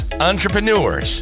entrepreneurs